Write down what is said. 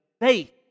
faith